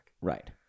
Right